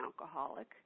alcoholic